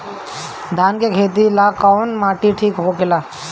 धान के खेती ला कौन माटी ठीक होखेला?